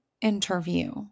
interview